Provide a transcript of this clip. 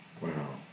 Wow